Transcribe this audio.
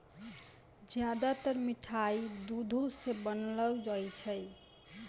ज्यादातर मिठाय दुधो सॅ बनौलो जाय छै